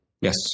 Yes